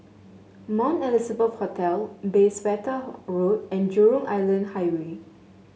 Mount Elizabeth Hospital Bayswater Road and Jurong Island Highway